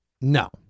No